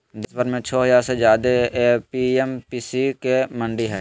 देशभर में छो हजार से ज्यादे ए.पी.एम.सी के मंडि हई